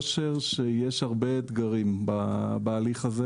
ביושר שיש הרבה אתגרים בהליך הזה.